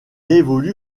évolue